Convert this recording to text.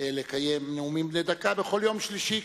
לקיים נאומים בני דקה בכל יום שלישי,